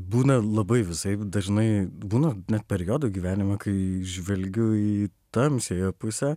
būna labai visaip dažnai būna periodų gyvenime kai žvelgiu į tamsiąją pusę